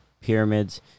Pyramids